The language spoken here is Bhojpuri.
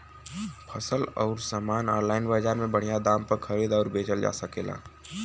फसल अउर सामान आनलाइन बजार में बढ़िया दाम पर खरीद अउर बेचल जा सकेला